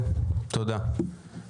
תודה.